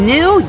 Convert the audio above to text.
New